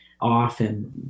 often